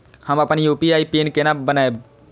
हम अपन UPI PIN केना बनैब?